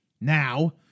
now